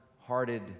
hearted